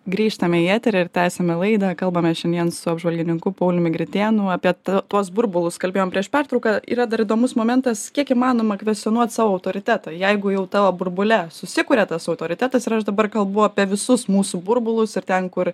grįžtame eterį ir tęsiame laidą kalbame šiandien su apžvalgininku pauliumi gritėnu apie tą tuos burbulus kalbėjom prieš pertrauką yra dar įdomus momentas kiek įmanoma kvestionuot savo autoritetą jeigu jau tavo burbule susikuria tas autoritetas ir aš dabar kalbu apie visus mūsų burbulus ir ten kur